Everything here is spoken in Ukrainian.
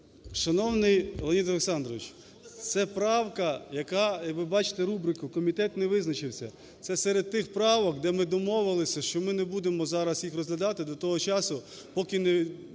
Шановний Леоніде Олександровичу! Це правка, яка… і ви бачите рубрику "комітет не визначився", це серед тих правок, де ми домовилися, що ми не будемо зараз їх розглядати до того часу поки, так би